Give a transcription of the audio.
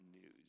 news